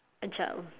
a child